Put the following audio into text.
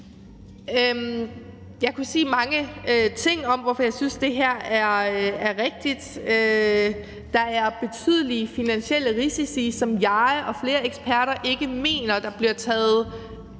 Jeg kunne sige mange ting om, hvorfor jeg synes, det her er rigtigt. Der er betydelige finansielle risici, som jeg og flere eksperter ikke mener bliver taget